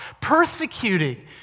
persecuting